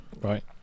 right